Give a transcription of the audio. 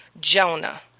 Jonah